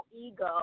ego